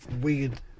weird